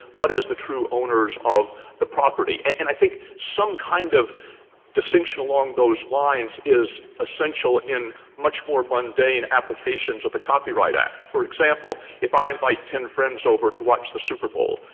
but as the true owners of the property. and i think some kind of distinction along those lines is essential in much more mundane applications of the copyright act. for example, if i invite ten friends over to watch the super bowl,